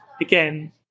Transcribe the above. again